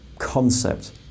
concept